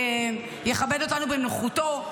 יכבד אותנו בנוכחותו.